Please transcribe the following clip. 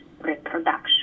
reproduction